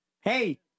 hey